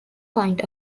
point